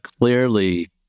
clearly